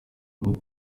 munsi